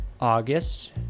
August